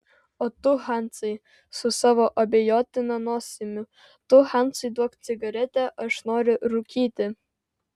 o tu hansai su savo abejotina nosimi tu hansai duok cigaretę aš noriu rūkyti